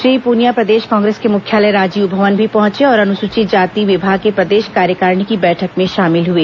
श्री पुनिया प्रदेश कांग्रेस के मुख्यालय राजीव भवन भी पहुंचे और अनुसूचित जाति विभाग के प्रदेश कार्यकारिणी की बैठक में शामिल हुए